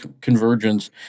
convergence